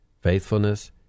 faithfulness